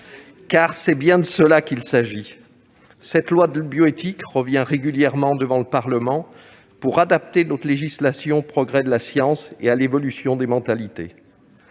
Car c'est bien de cela qu'il s'agit ! La loi de bioéthique revient régulièrement devant le Parlement pour adapter notre législation aux progrès de la science et à l'évolution des mentalités.